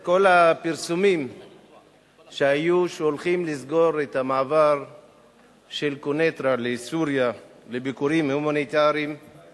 כל הפרסומים שהולכים לסגור את מעבר קוניטרה לביקורים הומניטריים בסוריה,